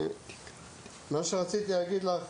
מה שרציתי להגיד לך,